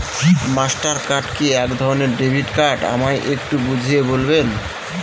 Master card কি একধরণের debit card আমায় একটু বুঝিয়ে বলবেন?